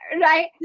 right